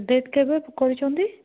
date କେବେ କହିଛନ୍ତି